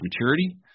maturity